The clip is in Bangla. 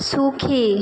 সুখী